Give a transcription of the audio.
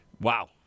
Wow